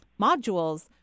modules